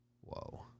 Whoa